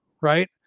right